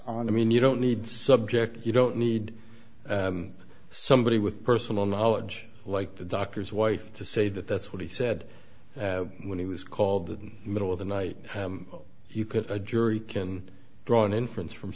on i mean you don't need subject you don't need somebody with personal knowledge like the doctor's wife to say that that's what he said when he was called the middle of the night if you could a jury can draw an inference from